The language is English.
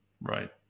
Right